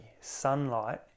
sunlight